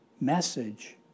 message